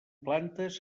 plantes